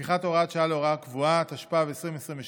הפיכת הוראת שעה להוראה קבועה), התשפ"ב 2022,